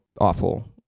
awful